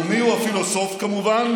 ומי הפילוסוף, כמובן?